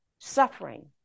suffering